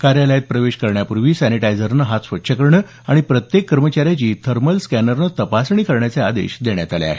कार्यालयात प्रवेश करण्यापूर्वी सॅनिटायझरने हात स्वच्छ करणं आणि प्रत्येक कर्मचाऱ्याची थर्मल स्कॅनरने तपासणी करण्याचे आदेशही देण्यात आले आहेत